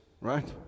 right